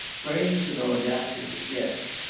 brains and audacity yes,